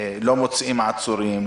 לא מוציאים עצורים,